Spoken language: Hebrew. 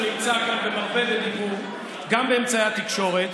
שנמצא כאן ומרבה בדיבור גם באמצעי התקשורת,